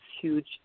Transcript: huge